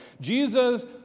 Jesus